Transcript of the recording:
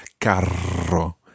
carro